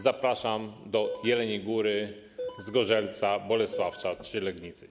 Zapraszam do Jeleniej Góry, Zgorzelca, Bolesławca czy Legnicy.